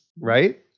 right